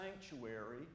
sanctuary